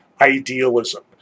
idealism